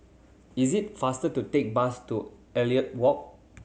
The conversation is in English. is it faster to take bus to Elliot Walk